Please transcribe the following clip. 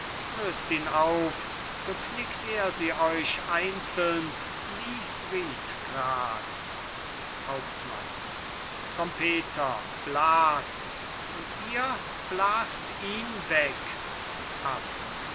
löst ihn auf so knickt er sie euch einzeln wie riedgras hauptmann trompeter blas und ihr blast ihn weg